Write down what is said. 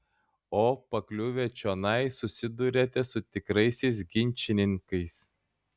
o pakliuvę čionai susiduriate su tikraisiais ginčininkais